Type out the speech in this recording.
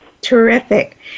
Terrific